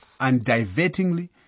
undivertingly